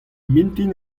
mintin